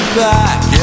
back